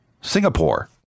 Singapore